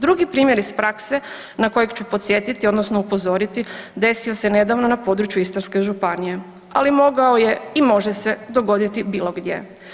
Drugi primjer iz prakse na kojeg ću podsjetiti odnosno upozoriti desio se nedavno na području Istarske županije, ali mogao je i može se dogoditi bilo gdje.